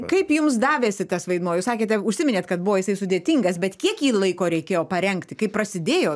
kaip jums davėsi tas vaidmuo jūs sakėte užsiminėt kad buvo jisai sudėtingas bet kiek jį laiko reikėjo parengti kaip prasidėjo